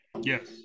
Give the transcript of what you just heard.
Yes